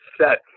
set